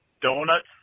Donuts